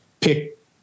pick